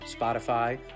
Spotify